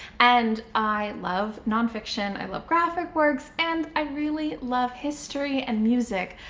and i love nonfiction, i love graphic works, and i really love history and music.